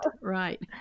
right